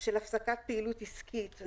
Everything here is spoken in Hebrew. של הפסקת פעילות עסקית.